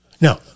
Now